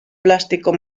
plástico